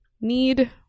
need